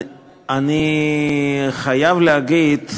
אני חייב להגיד,